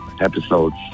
episodes